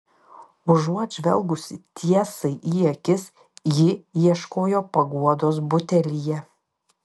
užuot žvelgusi tiesai į akis ji ieškojo paguodos butelyje